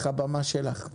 הבמה שלך.